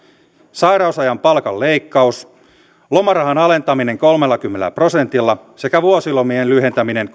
sairausajan palkan leikkaus lomarahan alentaminen kolmellakymmenellä prosentilla sekä vuosilomien lyhentäminen